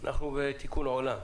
בתיקון עולם,